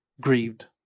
grieved